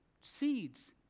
seeds